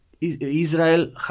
Israel